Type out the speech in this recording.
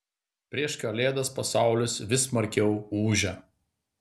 prieš kalėdas pasaulis vis smarkiau ūžia